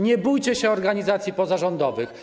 Nie bójcie się organizacji pozarządowych.